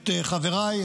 את חבריי,